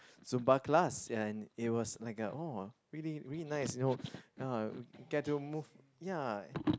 Zumba class and it was like a oh really really nice you know ya get to move ya